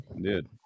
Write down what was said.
dude